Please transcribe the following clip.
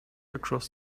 across